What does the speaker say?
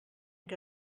què